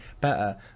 better